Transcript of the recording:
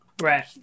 Right